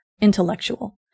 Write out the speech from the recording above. Intellectual